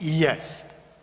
I jest.